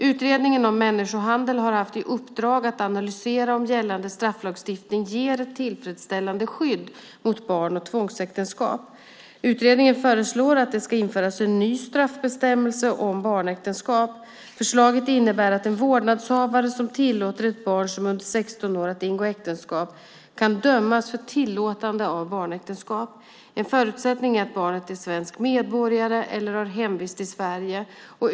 Utredningen om människohandel har haft i uppdrag att analysera om gällande strafflagstiftning ger ett tillfredsställande skydd mot barn och tvångsäktenskap. Utredningen föreslår att det ska införas en ny straffbestämmelse om barnäktenskap. Förslaget innebär att en vårdnadshavare som tillåter ett barn som är under 16 år att ingå äktenskap kan dömas för tillåtande av barnäktenskap. En förutsättning är att barnet är svensk medborgare eller har hemvist i Sverige.